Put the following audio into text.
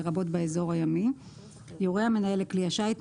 לרבות באזור הימי - יורה המנהל לכלי השיט,